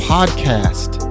Podcast